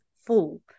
full